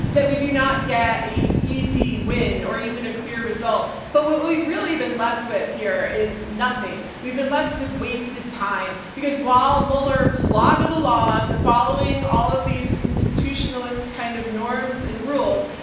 that we do not get an easy win, or even a clear result. but what we've really been left with here is nothing. we've been left with wasted time, because while mueller plodded along following all of these institutionalist kind of norms and rules,